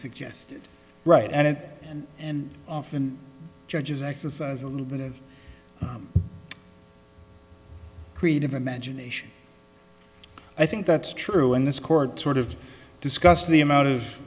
suggested right and it and often judges exercise a little bit of creative imagination i think that's true and this court sort of discussed the amount of